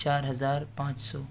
چار ہزار پانچ سو